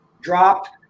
dropped